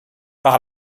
par